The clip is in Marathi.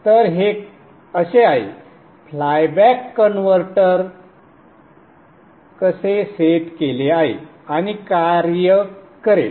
तर हे असे आहे फ्लायबॅक कनव्हर्टर कसे सेट केले आहे आणि कार्य करेल